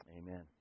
amen